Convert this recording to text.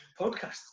podcast